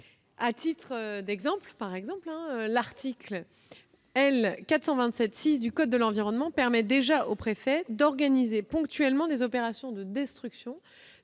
peut citer, par exemple, l'article L. 427-6 du code de l'environnement qui permet aux préfets d'organiser ponctuellement des opérations de destruction